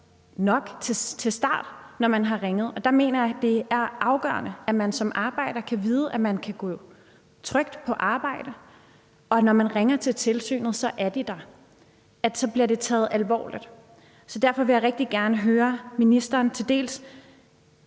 nok til at starte med, når man har ringet. Og der mener jeg, det er afgørende, at man som arbejder kan vide, at man kan gå trygt på arbejde, og at når man ringer til tilsynet, er de der – at så bliver det taget alvorligt. Så derfor vil jeg rigtig gerne høre ministeren: Hvad